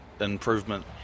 improvement